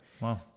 Wow